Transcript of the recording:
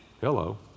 Hello